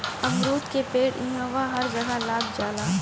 अमरूद के पेड़ इहवां हर जगह लाग जाला